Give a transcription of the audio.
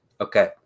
Okay